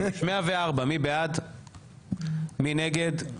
הצבעה בעד, 4 נגד,